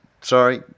sorry